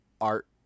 art